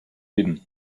hidden